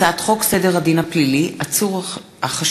הצעת חוק סדר הדין הפלילי (עצור החשוד